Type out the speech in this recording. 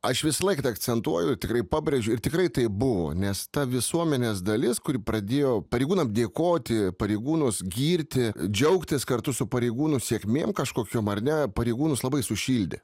aš visąlaik tą akcentuoju tikrai pabrėžiu ir tikrai taip buvo nes ta visuomenės dalies kuri pradėjo pareigūnams dėkoti pareigūnus girti džiaugtis kartu su pareigūnų sėkmėm kažkokiom ar ne pareigūnus labai sušildė